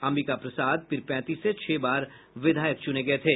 अंबिका प्रसाद पीरपैंती से छह बार विधायक चुने गये थे